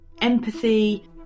empathy